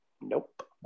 nope